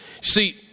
See